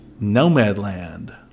Nomadland